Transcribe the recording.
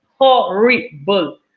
horrible